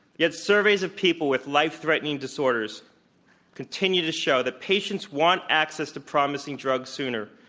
yet surveys of people with life-threatening disorders continue to show that patients want access to promising drugs sooner.